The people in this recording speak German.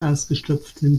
ausgestopften